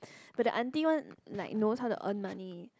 but the auntie one like knows how to earn money